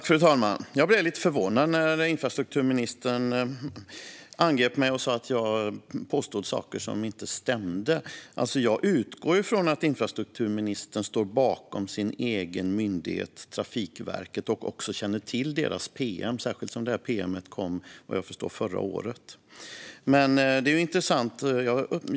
Fru talman! Jag blev lite förvånad när infrastrukturministern angrep mig och påstod saker som inte stämde. Jag utgår ifrån att infrastrukturministern står bakom sin egen myndighet Trafikverket och även känner till deras promemorior, särskilt som detta pm vad jag förstår kom förra året.